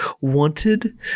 wanted